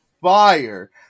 fire